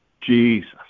Jesus